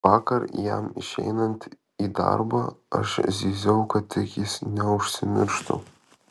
vakar jam išeinant į darbą aš zyziau kad tik jis neužsimirštų